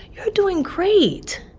you're doing great.